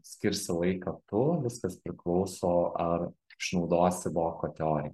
skirsi laiką tu viskas priklauso ar išnaudosi voko teoriją